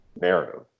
narrative